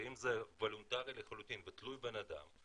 ואם זה וולונטרי לחלוטין ותלוי בן אדם,